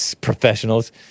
professionals